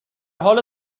حال